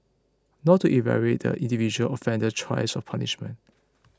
not to evaluate the individual offender's choice of punishment